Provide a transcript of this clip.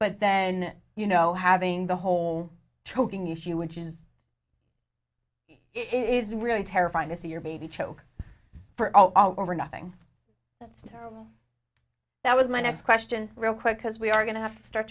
but then you know having the whole choking issue which is it is really terrifying to see your baby choke for all over nothing that's that was my next question real quick because we are going to have to start